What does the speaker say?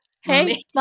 Hey